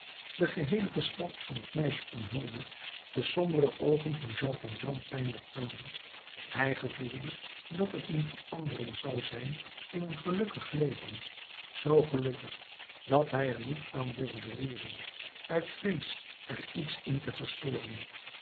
de geheele gestalte van het meisje omhulde de sombere oogen van jean valjean pijnlijk aan hij gevoelde dat het een verandering zou zijn in een gelukkig leven zoo gelukkig dat hij er niet aan durfde roeren uit vrees er iets in te verstoren